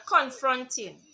confronting